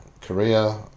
Korea